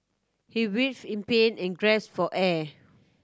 he writhed in pain and gasped for air